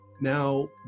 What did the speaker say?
Now